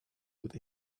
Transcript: with